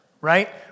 right